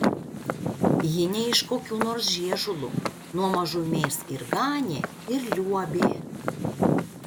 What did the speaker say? ji ne iš kokių nors žiežulų nuo mažumės ir ganė ir liuobė